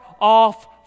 off